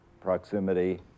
proximity